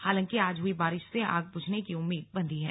हालांकि आज हुई बारिश से आग बुझने की उम्मीद बंधी है